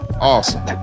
awesome